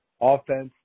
offense